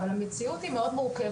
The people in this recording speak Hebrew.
אבל המציאות היא מאוד מורכבת,